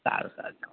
સારું સારું